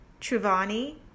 Truvani